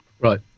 Right